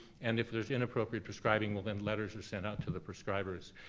and if there's inappropriate prescribing, well then letters are sent out to the prescribers.